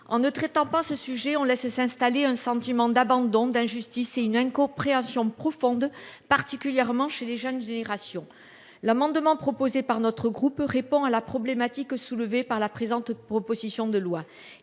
en ne traitant pas ce sujet ont laissé s'installer un sentiment d'abandon d'injustice et une incompréhension profonde. Particulièrement chez les jeunes générations. L'amendement proposé par notre groupe répond à la problématique soulevée par la présente, proposition de loi,